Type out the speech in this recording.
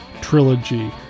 Trilogy